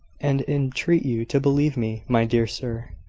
and entreat you to believe me, my dear sir,